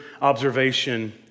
observation